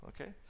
Okay